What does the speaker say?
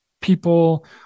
people